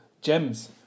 gems